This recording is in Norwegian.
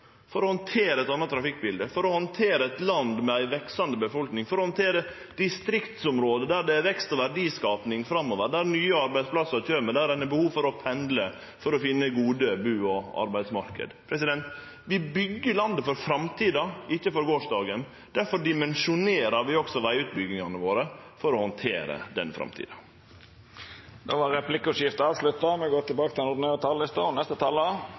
for å handtere eit anna trafikkbilde, for å handtere eit land med ei veksande befolkning, for å handtere distriktsområde der det er vekst og verdiskaping framover, der nye arbeidsplassar kjem, og der ein har behov for å pendle for å finne gode bu- og arbeidsmarknader. Vi byggjer landet for framtida, ikkje for gårsdagen. Difor dimensjonerer vi vegutbyggingane våre for å handtere den framtida. Replikkordskiftet er avslutta.